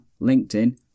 LinkedIn